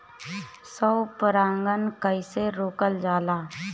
स्व परागण कइसे रोकल जाला?